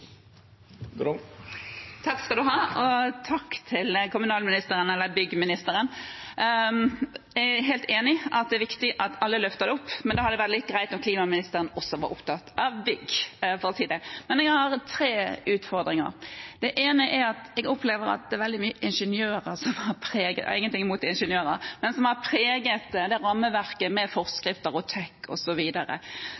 til kommunalministeren, eller «byggministeren». Jeg er helt enig i at det er viktig at alle løfter dette opp, men det hadde vært litt greit om klimaministeren også var opptatt av bygg. Jeg har tre utfordringer: Det ene er at jeg opplever at det i veldig stor grad er ingeniører – jeg har ingenting imot ingeniører – som har preget rammeverket, med